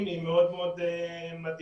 המשרד בימים הקרובים אמור לצאת למכרז חדש של